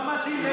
לא מתאים לך,